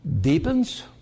deepens